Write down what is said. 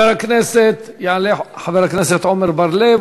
יעלה חבר הכנסת עמר בר-לב,